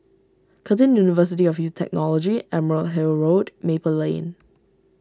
Curtin University of U Technology Emerald Hill Road Maple Lane